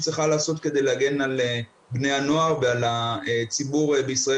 צריכה לעשות כדי להגן על בני הנוער ועל הציבור בישראל